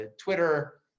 Twitter